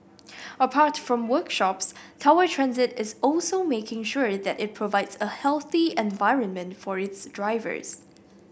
apart from workshops Tower Transit is also making sure that it provides a healthy environment for its drivers